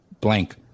Blank